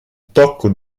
tocco